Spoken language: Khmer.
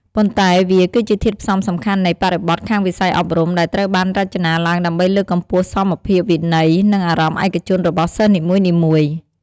ប៉ុន្តែវា គឺជាធាតុផ្សំសំខាន់នៃបរិបទខាងវិស័យអប់រំ ដែលត្រូវបានរចនាឡើងដើម្បីលើកកម្ពស់សមភាព វិន័យ និងអារម្មណ៍ឯកជនរបស់សិស្សនីមួយៗ។